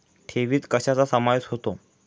ठेवीत कशाचा समावेश होतो?